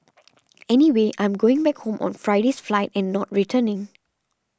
anyway I'm going back home on Friday's flight and not returning